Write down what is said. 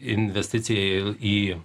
investiciją į